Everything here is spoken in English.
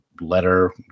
Letter